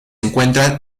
encuentran